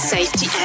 Safety